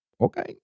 okay